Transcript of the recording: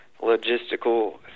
logistical